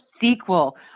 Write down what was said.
sequel